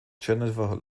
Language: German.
jennifer